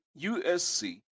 USC